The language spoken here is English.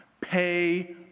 pay